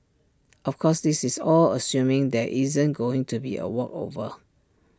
of course this is all assuming there isn't going to be A walkover